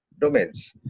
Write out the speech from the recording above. domains